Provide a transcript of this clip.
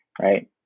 Right